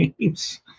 games